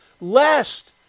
lest